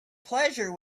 pleasure